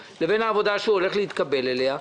למרות שהגענו להסכמות וסגרנו מספרים מוחלטים של אקדמאים